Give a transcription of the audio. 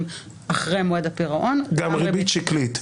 אחרי מועד הפירעון --- גם ריבית שקלית.